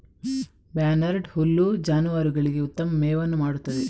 barnyard ಹುಲ್ಲು ಜಾನುವಾರುಗಳಿಗೆ ಉತ್ತಮ ಮೇವನ್ನು ಮಾಡುತ್ತದೆ